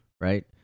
right